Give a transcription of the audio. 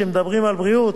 כשמדברים על בריאות,